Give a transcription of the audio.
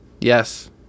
Yes